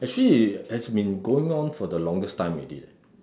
actually it's been going for the longest time already leh